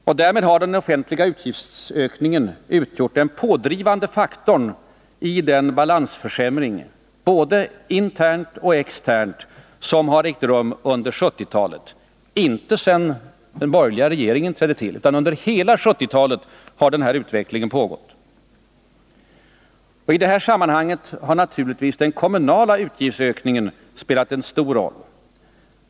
Därmed har ökningen av de offentliga utgifterna utgjort den pådrivande faktorn i den balansförsämring — både internt och externt — som har ägt rum under 1970-talet. Denna utveckling har alltså inte pågått bara sedan den borgerliga regeringen trätt till utan under hela 1970-talet. I detta sammanhang har den kommunala utgiftsexpansionen spelat en stor roll.